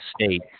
state